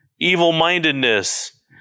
evil-mindedness